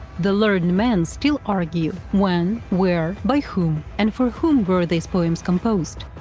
the learned men still argue when, where, by whom and for whom were these poems composed?